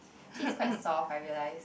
actually is quite soft I realise